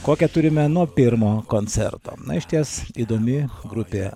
kokią turime nuo pirmo koncerto na išties įdomi grupė